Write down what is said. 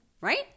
right